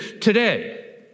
today